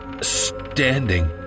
Standing